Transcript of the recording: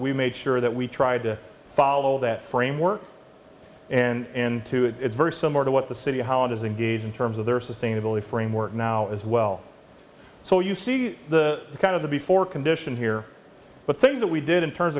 we made sure that we tried to follow that framework and to it's very similar to what the city how it is engaged in terms of their sustainability framework now as well so you see the kind of the before condition here but things that we did in terms